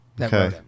Okay